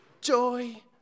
joy